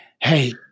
hey